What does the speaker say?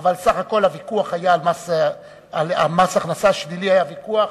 אבל סך הכול הוויכוח על מס הכנסה שלילי היה ויכוח